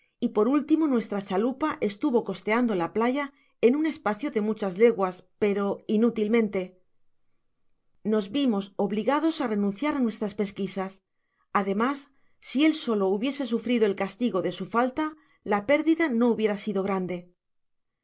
y por último nuestra cha lupa estuvo costeando la playa en un espacio de muchas ieguas pero inútilmente nos vimos obligados á renunciar á nuestras pesquisas ademas si él solo hubiese sufrido el castigo de su falta la pérdida no hubiera sido grande